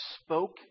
spoke